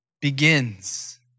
begins